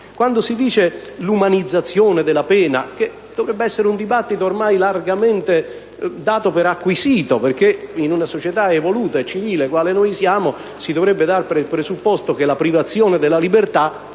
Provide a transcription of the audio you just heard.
Quando si parla dell'umanizzazione della pena, questo dovrebbe essere un dibattito ormai largamente dato per acquisito, perché in una società evoluta e civile quale la nostra, si dovrebbe dare per presupposto che la privazione della libertà